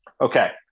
Okay